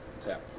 Tap